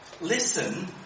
Listen